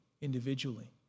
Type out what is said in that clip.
individually